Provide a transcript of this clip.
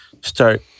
start